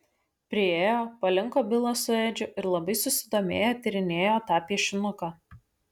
priėjo palinko bilas su edžiu ir labai susidomėję tyrinėjo tą piešinuką